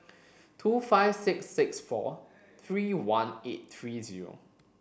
two five six six four three one eight three zero